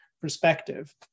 perspective